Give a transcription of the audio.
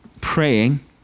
praying